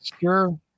Sure